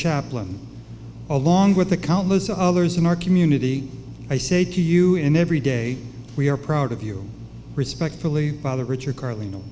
chaplain along with the countless others in our community i say to you in every day we are proud of you respectfully father richard carl